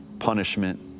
punishment